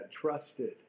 trusted